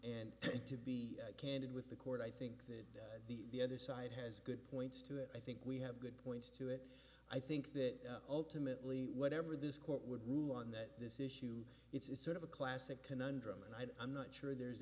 and to be candid with the court i think that the other side has good points to it i think we have good points to it i think that ultimately whatever this court would rule on that this issue it's sort of a classic conundrum and i'm not sure there